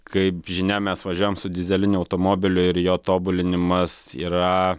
kaip žinia mes važiuojam su dyzeliniu automobiliu ir jo tobulinimas yra